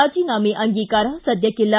ರಾಜೀನಾಮೆ ಅಂಗೀಕಾರ ಸದ್ಯಕ್ಕಿಲ್ಲ